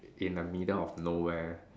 in a middle of nowhere